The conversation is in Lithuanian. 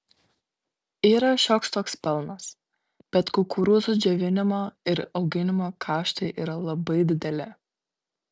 yra šioks toks pelnas bet kukurūzų džiovinimo ir auginimo kaštai yra labai dideli